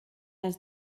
las